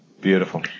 Beautiful